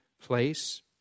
place